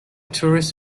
tourist